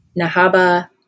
Nahaba